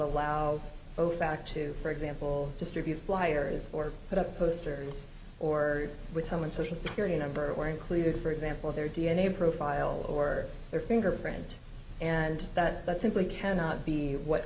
ofac to for example distribute flyers or put up posters or with someone social security number or included for example their d n a profile or their fingerprint and that simply cannot be what